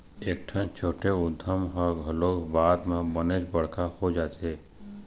कइठन छोटे उद्यम ह घलोक बाद म बनेच बड़का हो जाथे